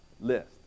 list